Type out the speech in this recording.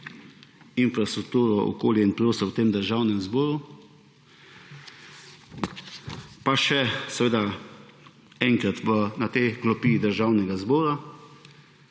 infrastrukturo, okolje in prostor v tem državnem zboru, pa še seveda enkrat na te klopi Državnega zbora.